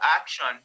action